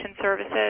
services